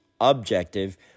objective